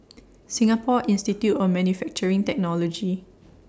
Singapore Institute of Manufacturing Technology